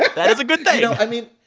but that's a good thing you know, i mean,